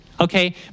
okay